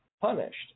punished